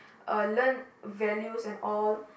uh learn values and all